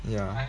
ya